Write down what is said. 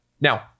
Now